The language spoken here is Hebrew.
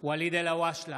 ואליד אלהואשלה,